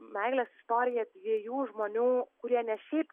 meilės istorija dviejų žmonių kurie ne šiaip